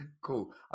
Cool